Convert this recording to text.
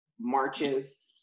marches